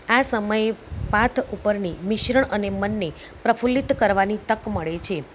આ સમયે પાથ ઉપરની મિશ્રણ અને મનને પ્રફુલ્લિત કરવાની તક મળે છે